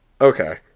Okay